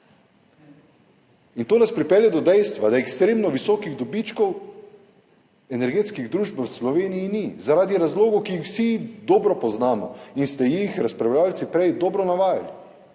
in to nas pripelje dodejstva, da ekstremno visokih dobičkov energetskih družb v Sloveniji ni, zaradi razlogov, ki jih vsi dobro poznamo in ste jih razpravljavci prej dobro navajali